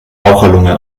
raucherlunge